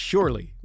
Surely